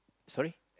sorry